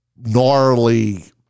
gnarly